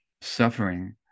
suffering